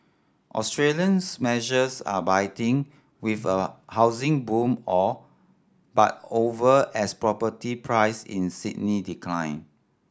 Australia's measures are biting with a housing boom all but over as property price in Sydney decline